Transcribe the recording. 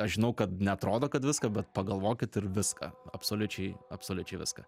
aš žinau kad neatrodo kad viską bet pagalvokit ir viską absoliučiai absoliučiai viską